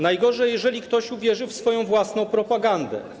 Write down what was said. Najgorzej, jeżeli ktoś uwierzy w swoją własną propagandę.